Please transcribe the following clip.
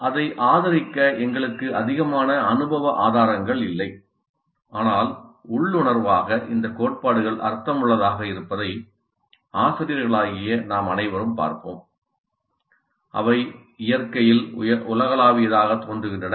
அதை ஆதரிக்க எங்களுக்கு அதிகமான அனுபவ ஆதாரங்கள் இல்லை ஆனால் உள்ளுணர்வாக இந்த கோட்பாடுகள் அர்த்தமுள்ளதாக இருப்பதை ஆசிரியர்களாகிய நாம் அனைவரும் பார்ப்போம் அவை இயற்கையில் உலகளாவியதாகத் தோன்றுகின்றன